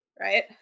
right